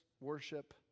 worship